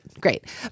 great